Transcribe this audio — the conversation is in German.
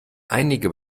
einige